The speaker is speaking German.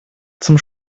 zum